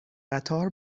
قطار